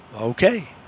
okay